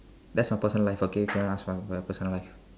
that's my personal life okay cannot ask about my personal life